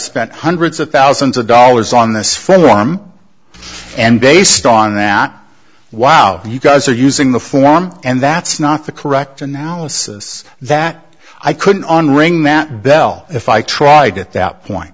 spent hundreds of thousands of dollars on this fellow arm and based on that wow you guys are using the form and that's not the correct analysis that i couldn't on ring that bell if i tried at that point